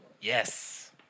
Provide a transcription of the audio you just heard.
Yes